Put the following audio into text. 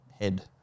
head